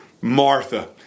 Martha